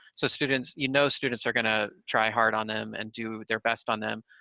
so students, you know, students are gonna try hard on them and do their best on them,